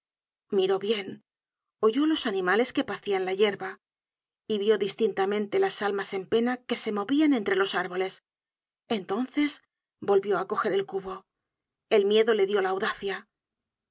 miró bien oyó los animales que pacian la yerba y vió distintamente las almas en pena que se movían entre los árboles entonces volvió á coger el cubo el miedo le dió la audacia